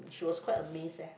she was quite amazed eh